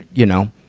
you know,